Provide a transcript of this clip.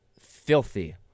filthy